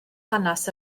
hanes